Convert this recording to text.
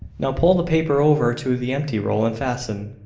now pull the paper over to the empty roll and fasten,